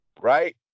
right